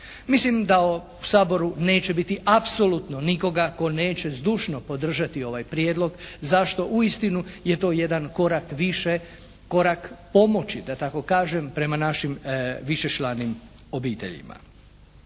Mislim da u Saboru neće biti apsolutno nikoga tko neće zdušno podržati ovaj prijedlog. Zašto? Uistinu je to jedan korak više, korak pomoći da tako kažem prema našim višečlanim obiteljima.